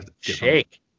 shake